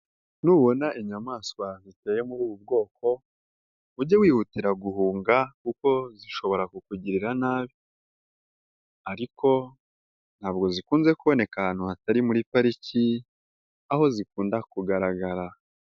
Nubona inyamaswa ziteye muri ubu bwoko, ujye wihutira guhunga kuko zishobora kukugirira nabi, ariko ntabwo zikunze kuboneka ahantu hatari muri pariki, aho zikunda kugaragara.